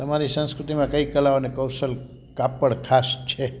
તમારી સંસ્કૃતિમાં કઈ કલાઓ અને કૌશલ કાપડ ખાસ છે